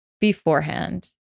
beforehand